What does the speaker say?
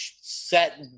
set